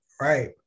Right